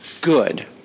good